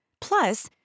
Plus